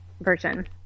version